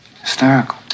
Hysterical